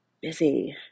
busy